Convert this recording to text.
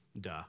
Duh